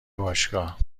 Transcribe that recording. باشگاه